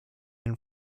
and